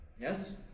Yes